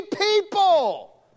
people